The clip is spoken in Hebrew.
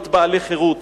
להיות בעלי חירות.